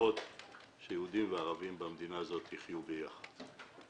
להראות שיהודים וערבים במדינה הזאת יחיו ביחד.